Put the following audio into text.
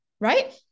right